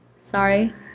Sorry